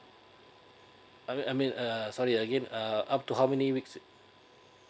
I mean I mean uh sorry again uh up to how many weeks